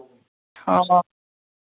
हँ हँ